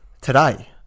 today